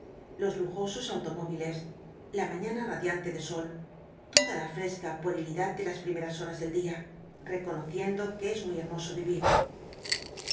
los lujosos automóviles la mañana radiante de sol toda lá fresca puerilidad de las primeras horas del día reconociendo que es muy hermoso vivir